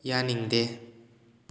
ꯌꯥꯅꯤꯡꯗꯦ